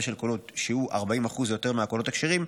של קולות שהוא 40% או יותר מהקולות הכשרים,